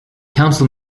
council